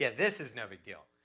yeah this is no big deal.